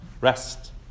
Rest